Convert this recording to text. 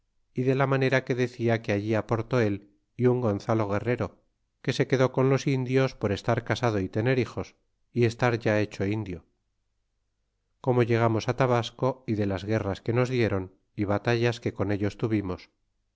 y de la manera que decia que allí aportó al y un gonzalo guerrero que se quedó con los indios por estar casado y tener hijos y estar ya hecho indio como llegamos á tabasco y de las guerras que nos diéron y batallas que con ellos tuvimos